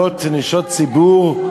להיות נשות ציבור,